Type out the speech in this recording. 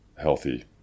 healthy